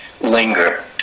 linger